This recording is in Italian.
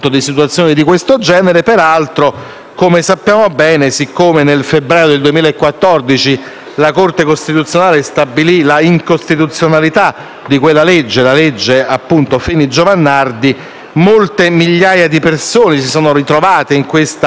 come sappiamo bene, siccome nel febbraio 2014 la Corte costituzionale stabilì l'incostituzionalità della legge Fini-Giovanardi, molte migliaia di persone si sono ritrovate nella situazione davvero